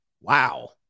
Wow